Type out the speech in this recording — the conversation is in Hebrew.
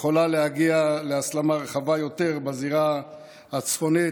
יכולה להגיע להסלמה רחבה יותר בזירה הצפונית,